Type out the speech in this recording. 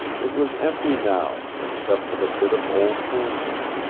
it was empty now, except for the bit of old canvas.